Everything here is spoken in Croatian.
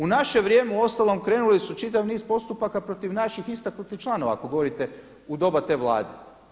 U naše vrijeme uostalom krenuli su čita niz postupaka protiv naših istaknutih članova ako govorite u doba te Vlade.